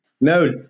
No